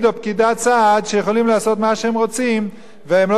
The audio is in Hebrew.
שיכולים לעשות מה שהם רוצים והם לא צריכים לתת דין לאף אחד.